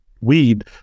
weed